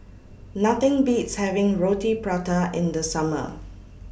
Nothing Beats having Roti Prata in The Summer